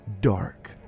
Dark